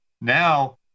now